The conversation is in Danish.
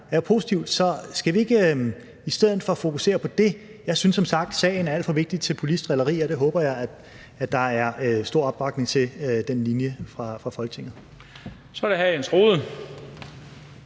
er positivt. Så skal vi ikke i stedet for fokusere på det? Jeg synes som sagt, at sagen er alt for vigtig til politisk drilleri, og den linje håber jeg at der er stor opbakning til i Folketinget. Kl. 18:38 Den fg.